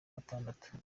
gatandatu